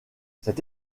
cet